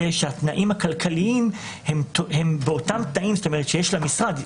שהתנאים הכלכליים הם באותם תנאים שיש למשרד,